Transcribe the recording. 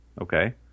okay